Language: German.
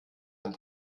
ein